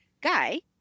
guy